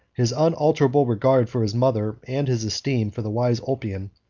his unalterable regard for his mother, and his esteem for the wise ulpian,